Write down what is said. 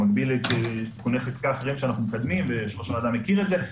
במקביל לתיקוני חקיקה אחרים שאנחנו מקדמים ויושב-ראש הוועדה מכיר את זה.